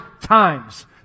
times